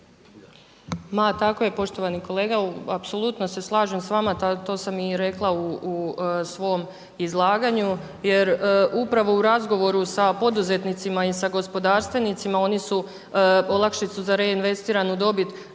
Ma tako je, poštovani kolega, apsolutno se slažem s vama, to sam i rekla u svom izlaganju jer upravo u razgovoru s poduzetnicima i s gospodarstvenicima, oni su olakšicu za reinvestiranu dobit